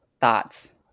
thoughts